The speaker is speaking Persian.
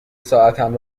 ساعتم